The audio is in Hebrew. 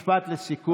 בבקשה, משפט לסיכום.